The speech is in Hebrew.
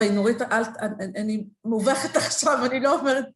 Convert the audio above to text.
נורית, אל ת... אני מובכת עכשיו, אני לא אומרת...